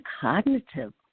cognitive